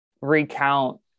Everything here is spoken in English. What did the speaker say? recount